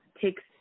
takes